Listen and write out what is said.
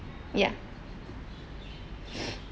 ya